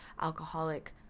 alcoholic